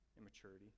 Immaturity